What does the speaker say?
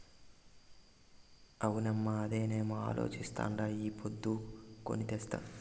అవునమ్మో, అదేనేమో అలోచిస్తాండా ఈ పొద్దే కొని తెస్తా